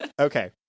okay